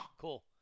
Cool